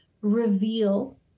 reveal